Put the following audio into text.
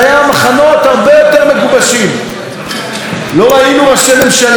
לא ראינו ראשי ממשלה שהתבטאו בצורה הזאת,